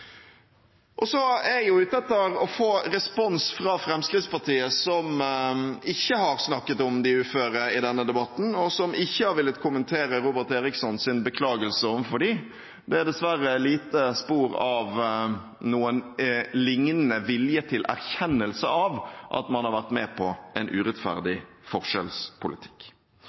Så er jeg ute etter å få respons fra Fremskrittspartiet, som ikke har snakket om de uføre i denne debatten, og som ikke har villet kommentere Robert Erikssons beklagelse overfor de uføre. Det er dessverre lite spor av noen liknende vilje til erkjennelse av at man har vært med på en urettferdig forskjellspolitikk.